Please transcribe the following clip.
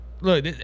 look